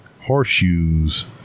horseshoes